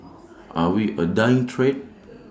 are we A dying trade